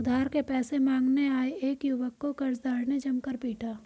उधार के पैसे मांगने आये एक युवक को कर्जदार ने जमकर पीटा